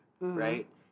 right